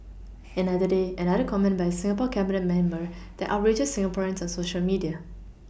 another day another comment by a Singapore Cabinet member that outrages Singaporeans on Social media